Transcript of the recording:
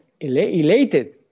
elated